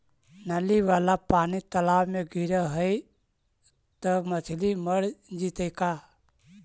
नली वाला पानी तालाव मे गिरे है त मछली मर जितै का?